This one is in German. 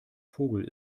vogel